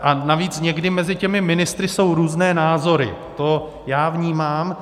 A navíc někdy mezi těmi ministry jsou různé názory, to já vnímám.